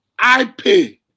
iPay